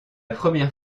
première